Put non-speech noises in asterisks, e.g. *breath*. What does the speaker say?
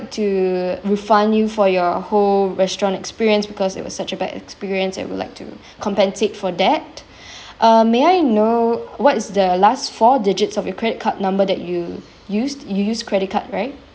to refund you for your whole restaurant experience because it was such a bad experience and would like to compensate for that *breath* um may I know what's the last four digits of your credit card number that you used you use credit card right